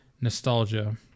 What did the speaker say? nostalgia